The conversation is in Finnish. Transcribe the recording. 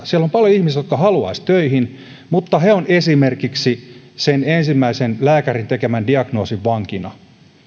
siellä on paljon ihmisiä jotka haluaisivat töihin mutta he ovat esimerkiksi sen ensimmäisen lääkärin tekemän diagnoosin vankina